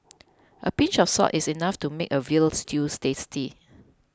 a pinch of salt is enough to make a Veal Stew tasty